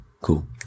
Cool